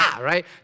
Right